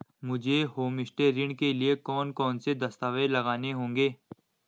मुझे होमस्टे ऋण के लिए कौन कौनसे दस्तावेज़ लगाने होंगे?